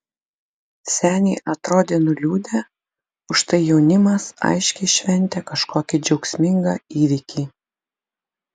seniai atrodė nuliūdę užtai jaunimas aiškiai šventė kažkokį džiaugsmingą įvykį